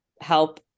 help